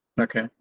okay